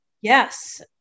Yes